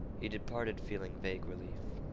he departed feeling vague relief.